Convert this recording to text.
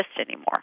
anymore